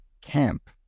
camp